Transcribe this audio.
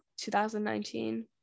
2019